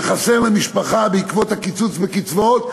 הסכום שחסר למשפחה בעקבות הקיצוץ בקצבאות,